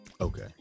okay